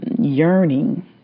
yearning